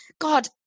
God